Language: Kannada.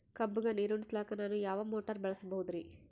ಕಬ್ಬುಗ ನೀರುಣಿಸಲಕ ನಾನು ಯಾವ ಮೋಟಾರ್ ಬಳಸಬಹುದರಿ?